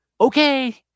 Okay